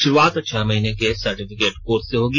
शुरुआत छह महीने के सर्टिफिकेट कोर्स से होगी